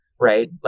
right